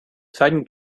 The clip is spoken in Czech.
psaní